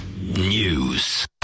News